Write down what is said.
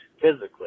physically